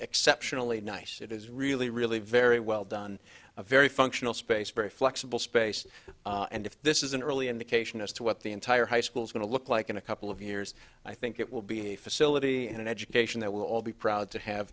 exceptionally nice it is really really very well done a very functional space very flexible space and if this is an early indication as to what the entire high school is going to look like in a couple of years i think it will be a facility and an education that will all be proud to have